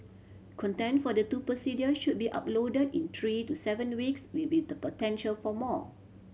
content for the two procedures should be uploaded in three to seven weeks with the potential for more